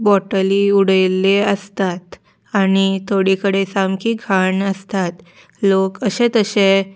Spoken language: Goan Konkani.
बोटली उडयल्ली आसतात आनी थोडी कडेन सामकी घाण आसतात लोक अशे तशे